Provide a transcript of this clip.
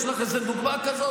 יש לך איזו דוגמה כזאת?